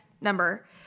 number